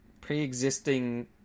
pre-existing